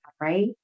right